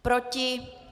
Proti?